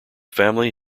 family